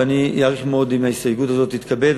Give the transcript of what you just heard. ואני אעריך מאוד אם ההסתייגות הזאת תתקבל.